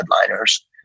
headliners